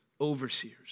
overseers